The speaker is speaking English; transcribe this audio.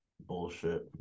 bullshit